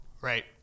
right